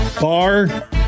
bar